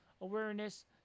Awareness